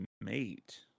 mate